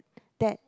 that